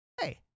Hey